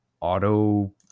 auto